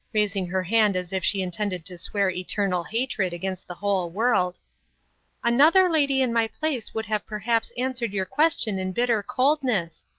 raising her hand as if she intended to swear eternal hatred against the whole world another lady in my place would have perhaps answered your question in bitter coldness.